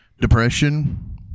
depression